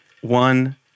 one